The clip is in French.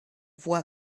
voit